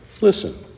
Listen